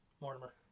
Mortimer